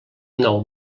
nou